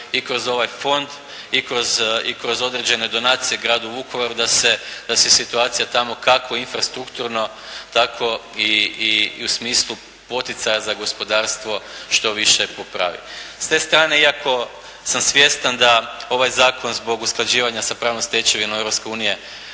i kroz ovaj fond i kroz određene donacije gradu Vukovaru da se situacija tamo, kako infrastrukturno, tako i u smislu poticaja za gospodarstvo što više popravi. S te strane, iako sam svjestan da ovaj zakon zbog usklađivanja sa pravnom stečevinom